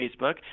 Facebook